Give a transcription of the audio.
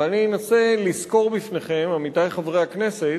ואני אנסה לסקור בפניכם, עמיתי חברי הכנסת,